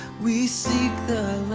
we seek the